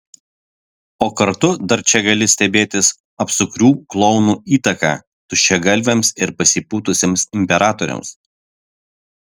o kartu dar čia gali stebėtis apsukrių klounų įtaka tuščiagalviams ir pasipūtusiems imperatoriams